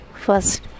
First